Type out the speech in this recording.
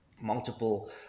multiple